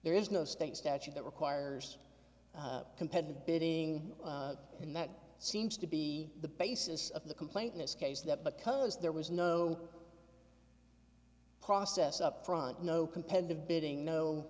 there is no state statute that requires competitive bidding and that seems to be the basis of the complaint in this case that because there was no process upfront no competitive bidding